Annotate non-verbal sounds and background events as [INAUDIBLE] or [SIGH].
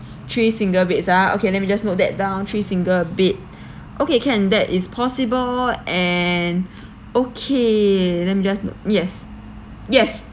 three single beds ah okay let me just note that down three single bed [BREATH] okay can that is possible and [BREATH] okay then you just yes yes